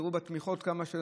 תראו בתמיכות כמה.